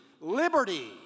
Liberty